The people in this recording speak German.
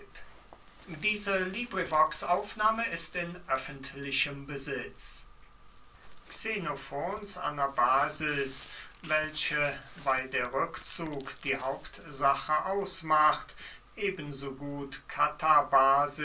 xxxiii hippias an aristipp xenofons anabasis welche weil der rückzug die hauptsache ausmacht eben so gut